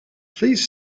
please